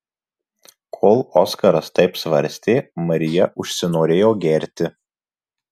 kol oskaras taip svarstė marija užsinorėjo gerti